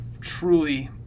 truly